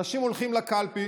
אנשים הולכים לקלפי